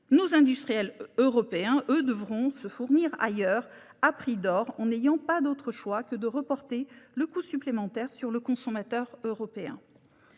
nos industriels européens devront se fournir ailleurs à prix d'or et n'auront pas d'autre choix que de reporter le coût supplémentaire sur les consommateurs.